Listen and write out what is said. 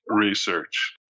research